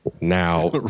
now